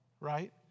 right